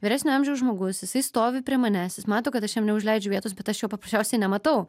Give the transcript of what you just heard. vyresnio amžiaus žmogus jisai stovi prie manęs jis mato kad aš jam neužleidžia vietos bet aš jo paprasčiausiai nematau